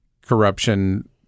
corruption